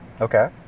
Okay